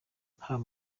haba